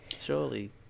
Surely